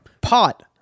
pot